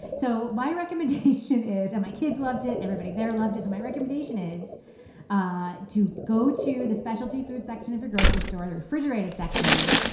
so my recommendation is and my kids loved it and everybody there loved it. my recommendation is ah to go to the specialty food section of your grocery store the refrigerated section.